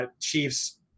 Chiefs